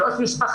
של עו"ס משפחה,